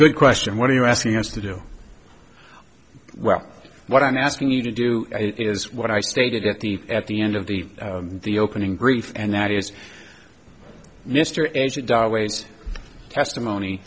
good question what are you asking us to do well what i'm asking you to do is what i stated at the at the end of the the opening grief and that is mr ekdahl ways testimony